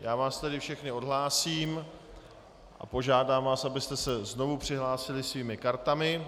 Já vás tedy všechny odhlásím a požádám vás, abyste se znovu přihlásili svými kartami.